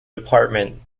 department